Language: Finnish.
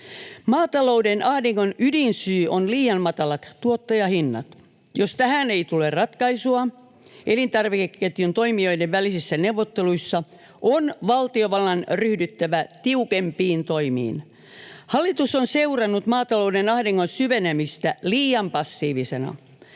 Maatalouden ahdingon ydinsyy on liian matalat tuottajahinnat. Jos tähän ei tule ratkaisua elintarvikeketjun toimijoiden välisissä neuvotteluissa, on valtiovallan ryhdyttävä tiukempiin toimiin. Hallitus on seurannut maatalouden ahdingon syvenemistä liian passiivisena.